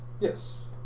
Yes